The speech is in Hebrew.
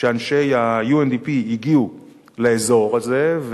שאנשי ה-UNDP הגיעו לאזור הזה,